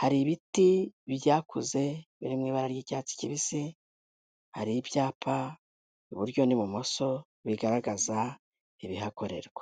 hari ibiti byakuze biri mu ibara ry'icyatsi kibisi, hari ibyapa iburyo n'ibumoso, bigaragaza ibihakorerwa.